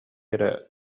эрэ